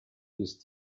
his